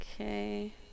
Okay